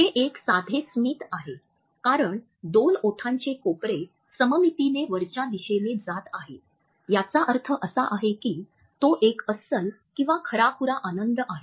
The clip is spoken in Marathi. हे एक साधे स्मित आहे कारण दोन ओठांचे कोपरे सममितीने वरच्या दिशेने जात आहेत याचा अर्थ असा आहे की तो एक अस्सल किंवा खराखुरा आनंद आहे